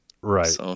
Right